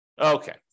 Okay